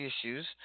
issues